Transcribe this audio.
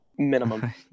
Minimum